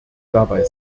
dabei